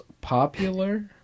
popular